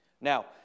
Now